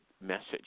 message